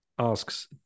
Asks